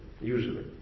usually